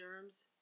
germs